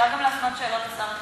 אפשר גם להפנות שאלות לשר התחבורה?